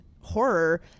horror